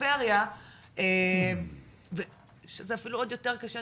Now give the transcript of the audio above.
בפריפריה שזה אפילו עוד יותר קשה,